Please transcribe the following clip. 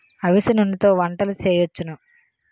అవిసె నూనెతో వంటలు సేయొచ్చును